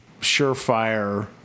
surefire